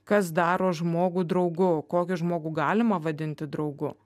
kas daro žmogų draugu kokį žmogų galima vadinti draugu